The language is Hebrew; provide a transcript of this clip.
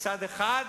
בצד אחד,